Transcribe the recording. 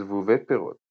זבובי פירות